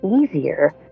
easier